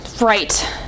right